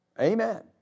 Amen